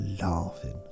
laughing